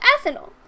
ethanol